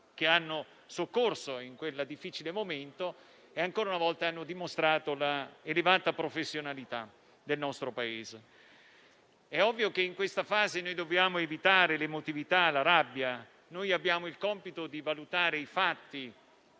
prestato soccorso in quel difficile momento e che, ancora una volta, hanno dimostrato l'elevata professionalità del nostro Paese. È ovvio che in questa fase dobbiamo evitare l'emotività e la rabbia. Abbiamo il compito di valutare i fatti